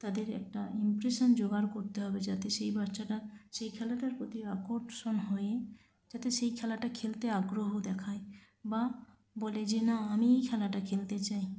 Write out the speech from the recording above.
তাদের একটা ইম্প্রেশন জোগাড় করতে হবে যাতে সেই বাচ্চাটা সেই খেলাটার প্রতি আকর্ষণ হয়ে যাতে সেই খেলাটা খেলতে আগ্রহ দেখায় বা বলে যে না আমি এই খেলাটা খেলতে চাই